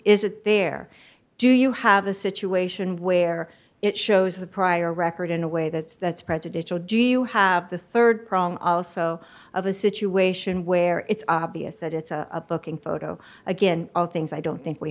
need is there do you have a situation where it shows the prior record in a way that's that's prejudicial do you have the rd prong also of a situation where it's obvious that it's a booking photo again all things i don't think we